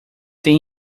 têm